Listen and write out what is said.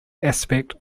aspect